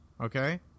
Okay